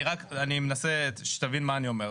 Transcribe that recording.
אני מנסה שתבין מה אני אומר.